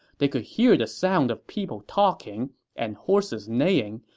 they could hear the sound of people talking and horses neighing,